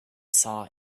saw